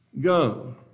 Go